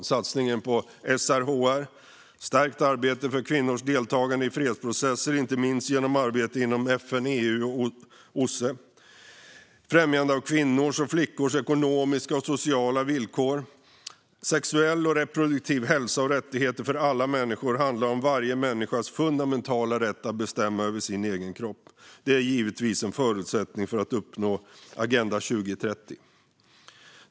Det gäller satsningen på SRHR, stärkt arbete för kvinnors deltagande i fredsprocesser, inte minst genom arbetet i FN, EU och OSSE, och främjande av kvinnors och flickors ekonomiska och sociala villkor. Sexuell och reproduktiv hälsa och rättigheter för alla människor handlar om varje människas fundamentala rätt att bestämma över sin egen kropp. Det är givetvis en förutsättning för att uppnå Agenda 2030.